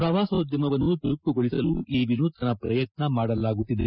ಪ್ರವಾಸೋದ್ಯಮವನ್ನು ಚುರುಕುಗೊಳಿಸಲು ಈ ವಿನೂತನ ಪ್ರಯತ್ವ ಮಾದಲಾಗುತ್ತಿದೆ